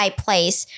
place